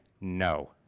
no